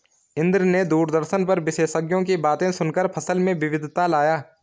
इंद्र ने दूरदर्शन पर विशेषज्ञों की बातें सुनकर फसल में विविधता लाया